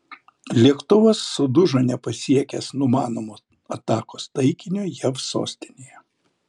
lėktuvas sudužo nepasiekęs numanomo atakos taikinio jav sostinėje